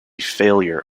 failure